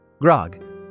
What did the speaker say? grog